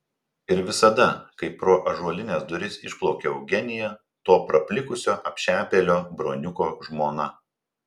ir visada kai pro ąžuolines duris išplaukia eugenija to praplikusio apšepėlio broniuko žmona